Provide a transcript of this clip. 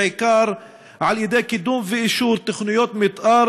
בעיקר על-ידי קידום ואישור של תוכניות מתאר